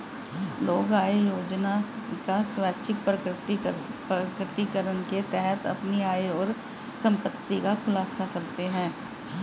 लोग आय योजना का स्वैच्छिक प्रकटीकरण के तहत अपनी आय और संपत्ति का खुलासा करते है